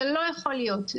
זה לא יכול להיות.